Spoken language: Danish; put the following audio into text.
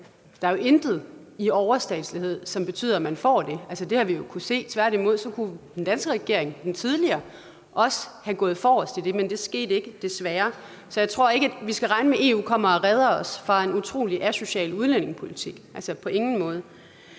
Der er intet i overstatslighed, som betyder, at man får det. Det har vi jo kunnet se. Tværtimod kunne den tidligere danske regering være gået forrest i det, men det skete desværre ikke. Så jeg tror ikke, vi skal regne med, at EU kommer og redder os fra en utrolig asocial udlændingepolitik – på ingen måde.